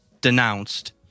denounced